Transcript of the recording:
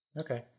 Okay